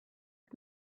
and